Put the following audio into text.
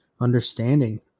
understanding